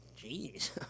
Jeez